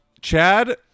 Chad